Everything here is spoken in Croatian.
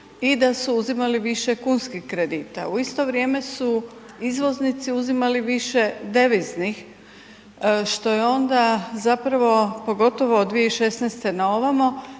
i da su uzimali više kunskih kredita. U isto vrijeme su izvoznici uzimali više deviznih što je onda zapravo pogotovo 2016. na ovamo